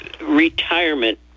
retirement